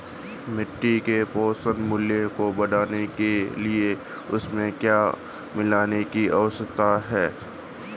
मिट्टी के पोषक मूल्य को बढ़ाने के लिए उसमें क्या मिलाने की आवश्यकता है?